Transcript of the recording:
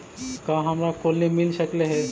का हमरा कोलनी मिल सकले हे?